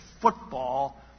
football